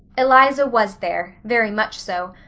eliza was there. very much so.